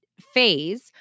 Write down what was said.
phase